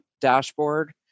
dashboard